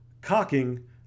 Cocking